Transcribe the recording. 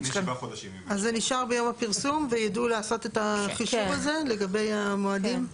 אז זה נשאר ביום הפרסום ויידעו לעשות את החישוב הזה לגבי המועדים?